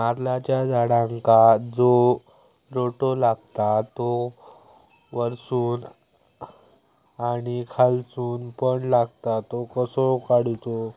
नारळाच्या झाडांका जो रोटो लागता तो वर्सून आणि खालसून पण लागता तो कसो काडूचो?